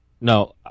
No